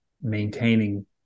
maintaining